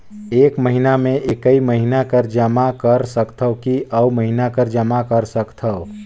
एक महीना मे एकई महीना कर जमा कर सकथव कि अउ महीना कर जमा कर सकथव?